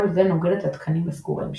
כל זה נוגד את התקנים הסגורים,